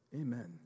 Amen